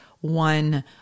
one